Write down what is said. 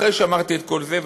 אחרי שאמרתי את כל זה,